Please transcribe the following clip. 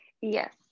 Yes